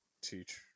teach